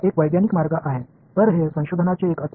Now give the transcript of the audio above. எனவே அதைச் செய்வதற்கான ஒரு விஞ்ஞான வழி அது